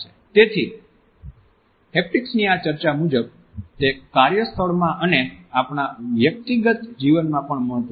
તેથી હેપ્ટિક્સની આ ચર્ચા મુજબ તે કાર્યસ્થળમાં અને આપણા વ્યક્તિગત જીવનમાં પણ મહત્વનું છે